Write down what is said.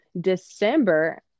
December